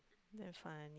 damn funny